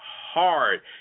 hard